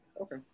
Okay